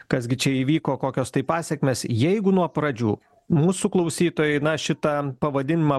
kas gi čia įvyko kokios tai pasekmės jeigu nuo pradžių mūsų klausytojai na šitą pavadinimą